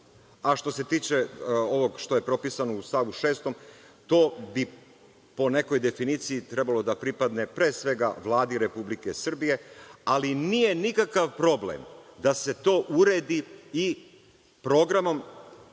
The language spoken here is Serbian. se tiče ovog što je propisano u stavu 6, to bi po nekoj definiciji trebalo da pripadne pre svega Vladi Republike Srbije, ali nije nikakav problem da se to uredi i programom